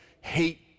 hate